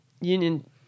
Union